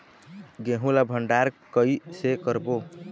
गेहूं ला भंडार कई से करबो?